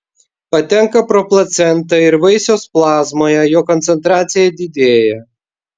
patenka pro placentą ir vaisiaus plazmoje jo koncentracija didėja